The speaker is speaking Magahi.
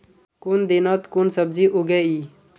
कुन दिनोत कुन सब्जी उगेई?